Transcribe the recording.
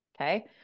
Okay